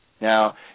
Now